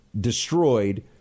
destroyed